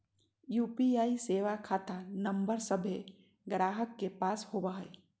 UPI सेवा खता number सभे गाहक के पास होबो हइ